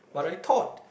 what I thought